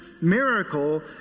miracle